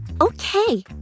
Okay